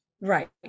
Right